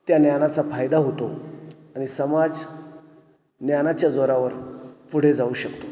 त्या ज्ञानाचा फायदा होतो आणि समाज ज्ञानाच्या जोरावर पुढे जाऊ शकतो